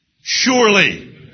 Surely